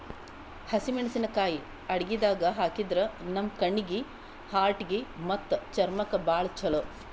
ಹಸಿಮೆಣಸಿಕಾಯಿ ಅಡಗಿದಾಗ್ ಹಾಕಿದ್ರ ನಮ್ ಕಣ್ಣೀಗಿ, ಹಾರ್ಟಿಗಿ ಮತ್ತ್ ಚರ್ಮಕ್ಕ್ ಭಾಳ್ ಛಲೋ